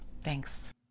thanks